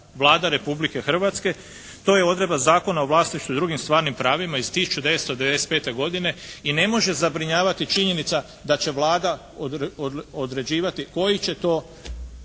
Vlada Republike Hrvatske. To je odredba Zakona o vlasništvu i drugim stvarnim pravima iz 1995. godine i ne može zabrinjavati činjenica da će Vlada određivati koji će to